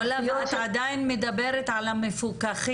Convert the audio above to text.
עולא, את עדיין מדברת על המפוקחים.